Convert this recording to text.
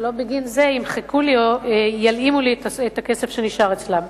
אבל לא בגין זה ילאימו לי את הכסף שנשאר אצלם.